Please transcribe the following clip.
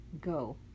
go